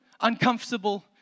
uncomfortable